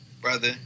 Brother